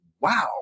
wow